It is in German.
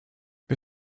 wir